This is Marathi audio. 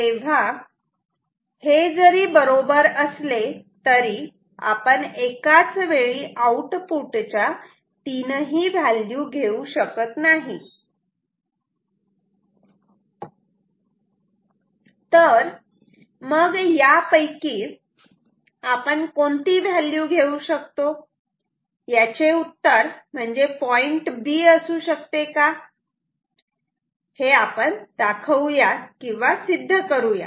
तेव्हा हे जरी बरोबर असले तरी आपण एकाच वेळी आउटपुटच्या तीनही व्हॅल्यू घेऊ शकत नाही तर मग यापैकी आपण कोणती व्हॅल्यू घेऊ शकतो याचे उत्तर म्हणजे पॉईंट B असू शकते का हे आपण दाखवू यात किंवा सिद्ध करूयात